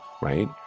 right